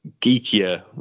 geekier